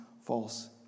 false